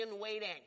waiting